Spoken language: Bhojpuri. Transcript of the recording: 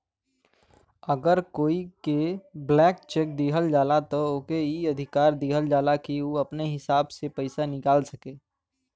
अगर कोई के ब्लैंक चेक दिहल जाला त ओके ई अधिकार दिहल जाला कि उ अपने हिसाब से पइसा निकाल सके